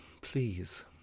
please